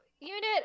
unit